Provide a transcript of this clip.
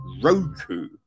Roku